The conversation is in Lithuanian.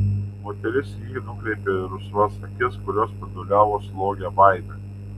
moteris į jį nukreipė rusvas akis kurios spinduliavo slogią baimę